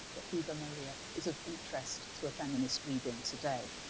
that viva maria is of interest to a feminist reading today.